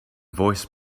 voiced